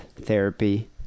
therapy